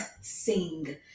Sing